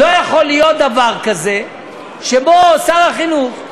לא יכול להיות דבר כזה שבו שר החינוך,